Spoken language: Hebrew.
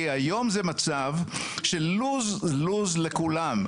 כי היום זה מצב של lose-lose לכולם,